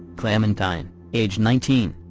clementine, age nineteen,